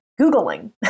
Googling